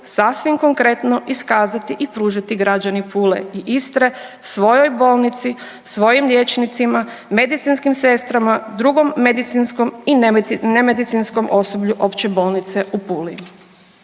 sasvim konkretno iskazati i pružiti građani Pule i Istre svojoj bolnici, svojim liječnicima, medicinskim sestrama, drugom medicinskom i ne medicinskom osoblju Opće bolnice u Puli.